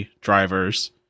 drivers